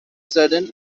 sudden